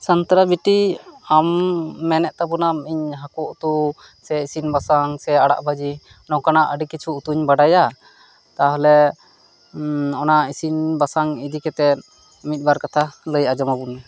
ᱥᱟᱱᱛᱟᱨᱟ ᱵᱤᱴᱤ ᱟᱢ ᱢᱮᱱᱮᱫ ᱛᱟᱵᱚᱱᱟᱢ ᱤᱧ ᱦᱟᱠᱩ ᱩᱛᱩ ᱥᱮ ᱤᱥᱤᱱᱼᱵᱟᱥᱟᱝ ᱥᱮ ᱟᱲᱟᱜ ᱵᱷᱟᱡᱤ ᱱᱚᱠᱟᱱᱟᱜ ᱟᱹᱰᱤ ᱠᱤᱪᱷᱩ ᱩᱛᱩᱧ ᱵᱟᱰᱟᱭᱟ ᱛᱟᱦᱞᱮ ᱚᱱᱟ ᱤᱥᱤᱱᱼᱵᱟᱥᱟᱝ ᱤᱫᱤ ᱠᱟᱛᱮᱫ ᱢᱤᱫᱼᱵᱟᱨ ᱠᱟᱛᱷᱟ ᱞᱟᱹᱭ ᱟᱸᱡᱚᱢᱟᱵᱚᱱ ᱢᱮ